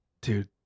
Dude